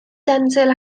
denzil